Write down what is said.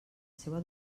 seua